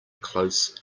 close